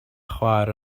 chwaer